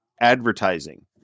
advertising